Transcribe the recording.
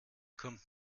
kommt